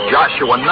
Joshua